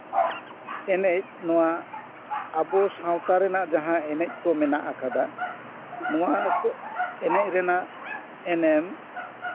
ᱮᱱᱮᱡ ᱱᱚᱣᱟ ᱟᱵᱚ ᱥᱟᱶᱛᱟ ᱨᱮᱱᱟᱜ ᱡᱟᱦᱟᱸ ᱮᱱᱮᱡ ᱠᱚ ᱢᱮᱱᱟᱜ ᱟᱠᱟᱫᱟ ᱱᱚᱣᱟ ᱠᱚ ᱮᱱᱮᱡ ᱨᱮᱱᱟᱜ ᱮᱱᱮᱢ